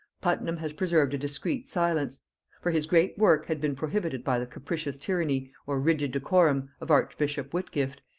puttenham has preserved a discreet silence for his great work had been prohibited by the capricious tyranny, or rigid decorum, of archbishop whitgift,